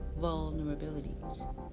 vulnerabilities